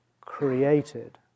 created